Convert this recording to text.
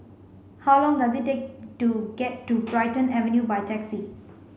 how long does it take to get to Brighton Avenue by taxi